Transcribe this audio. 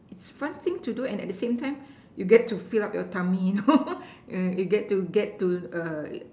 it's fun thing to do and then at the same time you get to fill up your tummy you know you get to get to